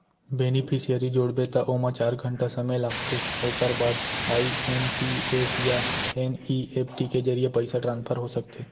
beneficiary जोड़बे त ओमा चार घंटा समे लागथे ओकर बाद आइ.एम.पी.एस या एन.इ.एफ.टी के जरिए पइसा ट्रांसफर हो सकथे